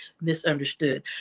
misunderstood